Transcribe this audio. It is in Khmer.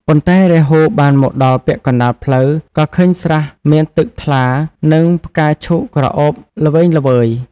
ប៉ុន្តែ រាហូបានមកដល់ពាក់កណ្ដាលផ្លូវ ក៏ឃើញស្រះមានទឹកថ្លា និងផ្កាឈូកក្រអូបល្វេងល្វើយ។